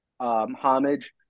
Homage